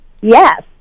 Yes